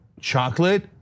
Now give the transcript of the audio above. chocolate